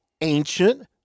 ancient